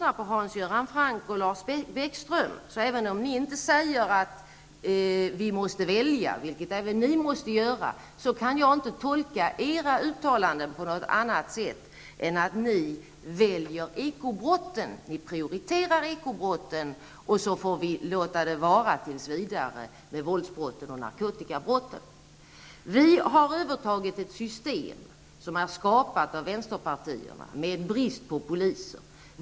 Även om Hans Göran Franck och Lars Bäckström inte säger rent ut att vi måste välja -- vilket även ni måste göra -- kan jag inte tolka era uttalanden på något annat sätt än att ni väljer att prioritera ekobrotten medan våldsbrotten och narkotikabrotten får vara tills vidare. Vi inom den borgerliga regeringen har övertagit ett system som är skapat av vänsterpartierna, ett system med brist på poliser.